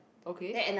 okay